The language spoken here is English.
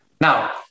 Now